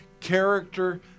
character